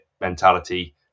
mentality